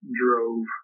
drove